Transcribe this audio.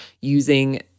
using